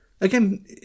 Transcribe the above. Again